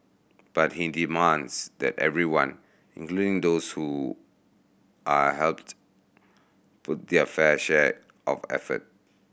but he demands that everyone including those who are helped put their fair share of effort